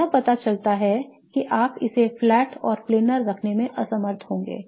तो यह पता चला है कि आप इसे फ्लैट और planar रखने में असमर्थ होंगे